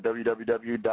www